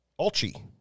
Ulchi